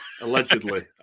allegedly